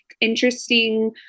interesting